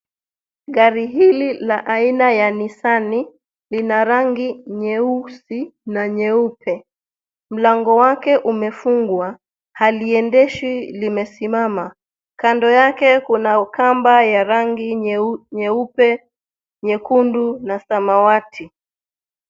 Gari hili la aina ya nissan lina rangi nyeusi na nyeupe. Mlango wake umefungwa, haliendeshwi limesimama. Kando yake kuna kamba ya rangi nyeupe, nyekundu na samawati.